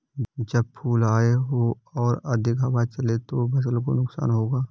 जब फूल आए हों और अधिक हवा चले तो फसल को नुकसान होगा?